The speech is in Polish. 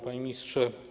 Panie Ministrze!